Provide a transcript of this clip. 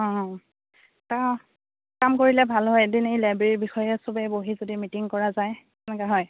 অঁ তা কাম কৰিলে ভাল হয় এদিন এই লাইব্ৰেৰীৰ বিষয়ে সবেই বহি যদি মিটিং কৰা যায় কেনেকুৱা হয়